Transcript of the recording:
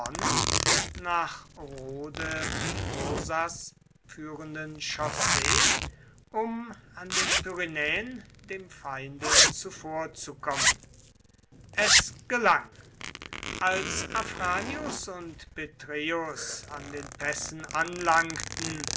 nach rhode rosas führenden chaussee um an den pyrenäen dem feinde zuvorzukommen es gelang als afranius und petreius an den pässen anlangten